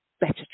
better